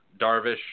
Darvish